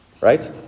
right